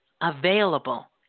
available